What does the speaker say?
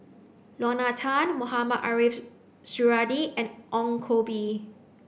Lorna Tan Mohamed Ariff Suradi and Ong Koh Bee